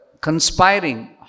conspiring